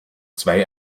zwei